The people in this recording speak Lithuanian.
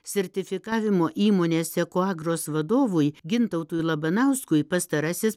sertifikavimo įmonės sekuagros vadovui gintautui labanauskui pastarasis